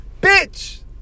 bitch